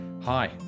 Hi